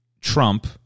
trump